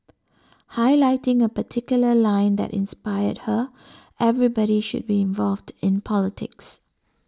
highlighting a particular line that inspired her everybody should be involved in politics